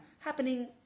happening